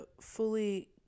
fully—